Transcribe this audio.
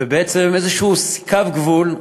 ובעצם איזשהו קו גבול,